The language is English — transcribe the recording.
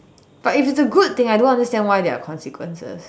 but if it's a good thing I don't understand why are there are consequences